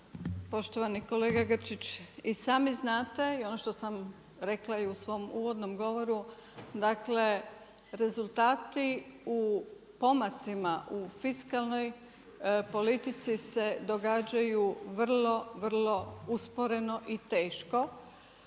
Poštovani kolega Grčć, i sami znate i ono što sam rekla i u svom uvodnom govoru, dakle rezultati u pomacima u fiskalnoj politici se događaju vrlo, vrlo usporeno i teško.